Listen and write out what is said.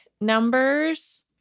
numbers